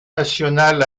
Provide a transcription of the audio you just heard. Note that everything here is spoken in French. national